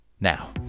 Now